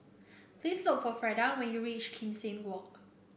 please look for Freda when you reach Kim Seng Walk